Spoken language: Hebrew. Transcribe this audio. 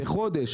בחודש.